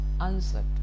answered